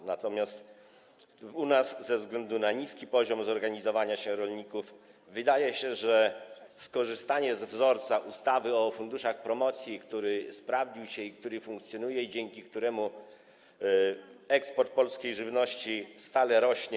U nas natomiast ze względu na niski poziom zorganizowania się rolników właściwe wydaje się skorzystanie ze wzorca ustawy o funduszach promocji, który sprawdził się, funkcjonuje i dzięki któremu eksport polskiej żywności stale rośnie.